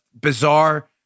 bizarre